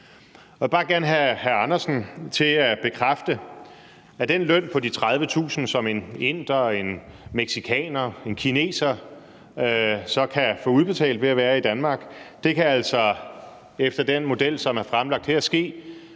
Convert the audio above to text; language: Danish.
Jeg vil bare gerne have hr. Hans Andersen til at bekræfte, at den løn på de 30.000 kr., som en inder, en mexicaner, en kineser så kan få udbetalt ved at være i Danmark, altså efter den model, som er fremlagt her, kan